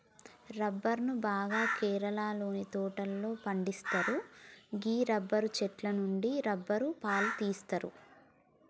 రబ్బరును బాగా కేరళలోని తోటలలో పండిత్తరు గీ రబ్బరు చెట్టు నుండి రబ్బరు పాలు తీస్తరు